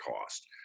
cost